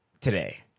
today